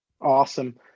Awesome